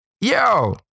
Yo